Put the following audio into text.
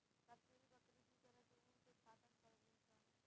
काश्मीरी बकरी दू तरह के ऊन के उत्पादन करेली सन